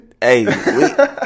hey